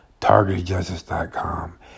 TargetedJustice.com